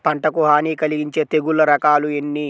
పంటకు హాని కలిగించే తెగుళ్ల రకాలు ఎన్ని?